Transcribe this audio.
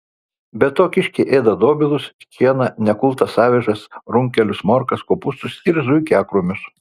be to kiškiai ėda dobilus šieną nekultas avižas runkelius morkas kopūstus ir zuikiakrūmius